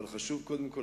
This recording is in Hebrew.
אבל חשוב קודם כול,